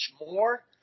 more